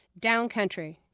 Downcountry